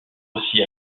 aussi